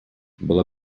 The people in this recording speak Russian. была